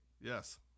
Yes